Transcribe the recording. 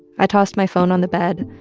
i tossed my phone on the bed,